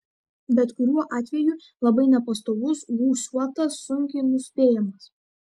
bet kuriuo atveju labai nepastovus gūsiuotas sunkiai nuspėjamas